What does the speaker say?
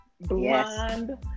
blonde